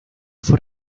fue